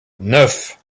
neuf